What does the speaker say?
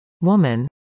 woman